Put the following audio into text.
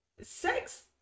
sex